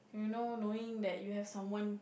you know knowing that you have someone